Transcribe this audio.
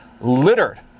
littered